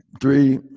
three